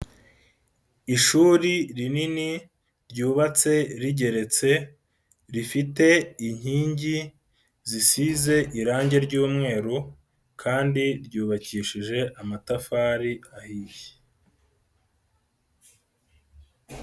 Ishuri rinini ryubatse rigeretse rifite inkingi zisize irangi ry'umweru kandi ryubakishije amatafari ahiye.